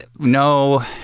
No